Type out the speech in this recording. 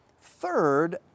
Third